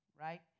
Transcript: right